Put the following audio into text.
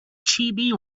chibi